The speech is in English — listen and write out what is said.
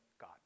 God